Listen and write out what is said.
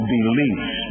Beliefs